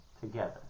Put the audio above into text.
together